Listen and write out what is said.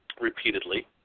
repeatedly